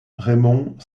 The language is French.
raymond